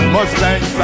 Mustang